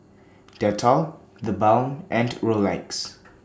Dettol TheBalm and Rolex